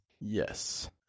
Yes